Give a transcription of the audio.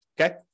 okay